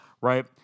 right